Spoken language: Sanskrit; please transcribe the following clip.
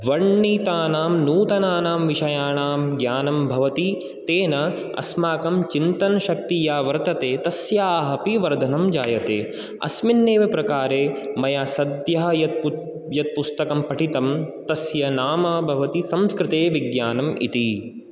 वर्णितानां नूतनानां विषयाणां ज्ञानं भवति तेन अस्माकं चिन्तनशक्तिः या वर्तते तस्याः अपि वर्धनं जायते अस्मिन्नेव प्रकारे मया सद्यः यत् पु यत् पुस्तकं पठितं तस्य नाम भवति संस्कृते विज्ञानं इति